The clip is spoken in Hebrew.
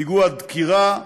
פיגוע דקירה,